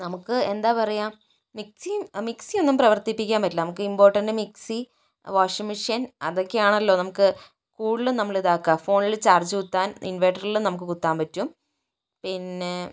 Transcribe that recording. നമുക്ക് എന്താ പറയുക മിക്സി മിക്സി ഒന്നും പ്രവർത്തിപ്പിക്കാൻ പറ്റില്ല നമുക്ക് ഇംപോർട്ടന്റ് മിക്സി വാഷിംഗ് മെഷീൻ അതൊക്കെയാണല്ലോ നമുക്ക് കൂടുതലും നമ്മൾ ഇതാക്കുക ഫോണില് ചാർജ് കുത്താൻ ഇൻവെർട്ടറിലും നമുക്ക് കുത്താൻ പറ്റും പിന്നെ